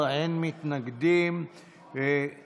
144 והוראת שעה) (החמרת הענישה בעבירות אלימות נגד קטין או חסר ישע),